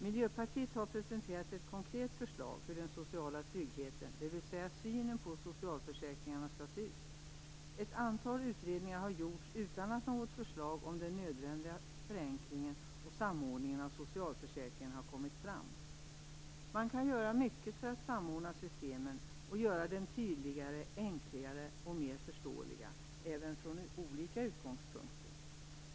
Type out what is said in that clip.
Miljöpartiet har presenterat ett konkret förslag till hur den sociala tryggheten, dvs. socialförsäkringarna, skall se ut. Ett antal utredningar har gjorts utan att något förslag till den nödvändiga förenklingen och samordningen av socialförsäkringen har kommit fram. Man kan göra mycket för att samordna systemen och göra dem tydligare, enklare och mer förståeliga, även från olika utgångspunkter.